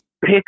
Pick